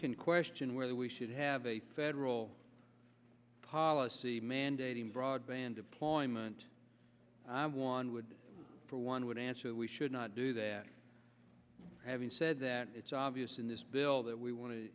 can question whether we should have a federal policy mandating broadband deployment i one would for one would answer that we should not do that having said that it's obvious in this bill that we want to